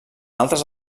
altres